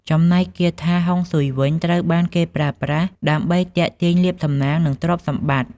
ចំណែកគាថាហុងស៊ុយវិញ ត្រូវបានគេប្រើប្រាស់ដើម្បីទាក់ទាញលាភសំណាង និងទ្រព្យសម្បត្តិ។